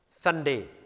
Sunday